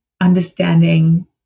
understanding